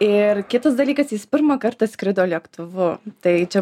ir kitas dalykas jis pirmą kartą skrido lėktuvu tai čia